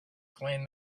clean